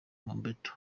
mobeto